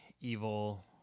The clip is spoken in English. evil